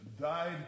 died